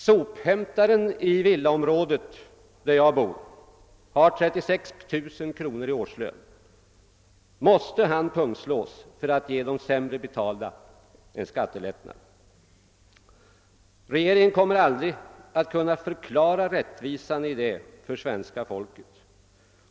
Sophämtaren i det villaområde där jag bor har 36 000 kr. i årslön. Måste han pungslås för att ge de sämre betalda en skattelättnad? Regeringen kommer aldrig att kunna förklara rättvisan häri för det svenska folket.